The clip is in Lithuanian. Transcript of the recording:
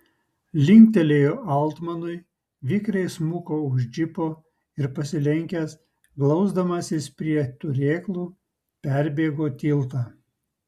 linktelėjo altmanui vikriai smuko už džipo ir pasilenkęs glausdamasis prie turėklų perbėgo tiltą